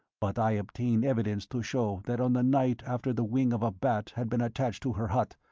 but i obtained evidence to show that on the night after the wing of a bat had been attached to her hut,